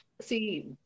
see